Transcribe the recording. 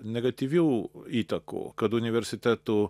negatyvių įtakų kad universitetų